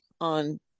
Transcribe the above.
on